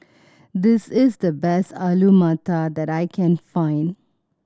this is the best Alu Matar that I can find